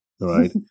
right